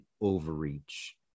overreach